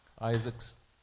Isaac's